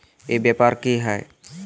ई व्यापार की हाय?